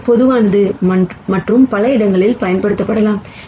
அது பொதுவானது மற்றும் பல இடங்களில் பயன்படுத்தப்படலாம்